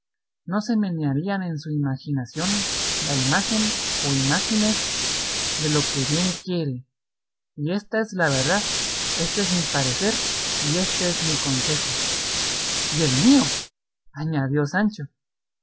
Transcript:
no se menearán en su imaginación la imagen o imágines de lo que bien quiere y ésta es la verdad éste mi parecer y éste es mi consejo y el mío añadió sancho